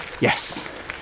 Yes